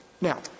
Now